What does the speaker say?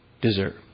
deserve